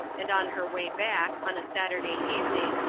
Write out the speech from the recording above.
and on her way back, on a saturday evening,